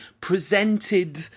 Presented